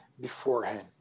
beforehand